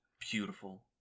Beautiful